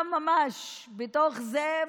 כולל איתן גינזבורג,